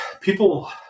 people